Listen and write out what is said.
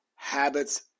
habits